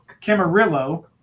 Camarillo